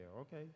okay